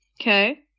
Okay